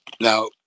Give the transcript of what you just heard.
Now